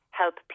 help